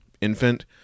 infant